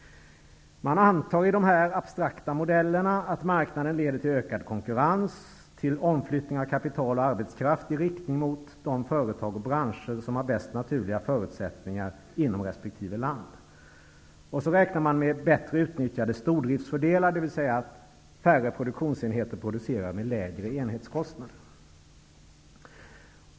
Man antar i dessa abstrakta modeller att marknaden leder till ökad konkurrens och till omflyttning av kapital och arbetskraft i riktning mot de företag och branscher som har bäst naturliga förutsättningar inom resp. land. Man räknar även med bättre utnyttjade stordriftsfördelar, dvs. att färre produktionsenhter producerar till lägre enhetskostnader.